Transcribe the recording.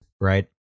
Right